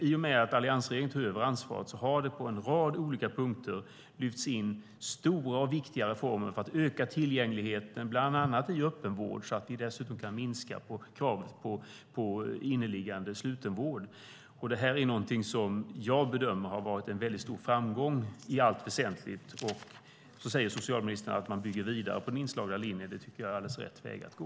I och med att alliansregeringen tog över ansvaret har det på en rad olika punkter lyfts in stora och viktiga reformer för att öka tillgängligheten bland annat i öppenvård så att vi dessutom kan minska kravet på slutenvård med inneliggande patienter. Detta är någonting som jag bedömer har varit en väldigt stor framgång i allt väsentligt. Socialministern säger att man bygger vidare på den inslagna linjen. Det tycker jag är alldeles rätt väg att gå.